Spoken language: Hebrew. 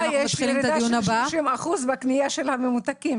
יש ירידה של 30% בקנייה של השתייה המתוקה,